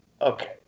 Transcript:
Okay